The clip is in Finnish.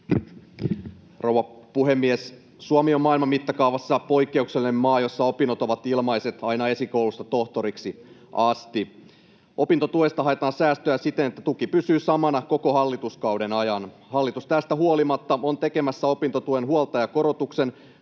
Rouva puhemies! Suomi on maailman mittakaavassa poikkeuksellinen maa, jossa opinnot ovat ilmaiset aina esikoulusta tohtoriksi asti. Opintotuesta haetaan säästöä siten, että tuki pysyy samana koko hallituskauden ajan. Hallitus tästä huolimatta on tekemässä opintotuen huoltajakorotuksen